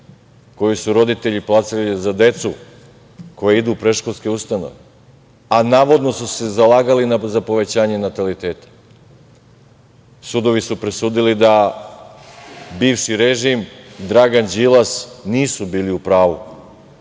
koju su roditelji plaćali za decu koja idu u predškolske ustanove, a navodno su se zalagali za povećanje nataliteta. Sudovi su presudili da bivši režim i Dragan Đilas nisu bili u pravu.